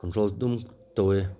control ꯑꯗꯨꯝ ꯇꯧꯋꯦ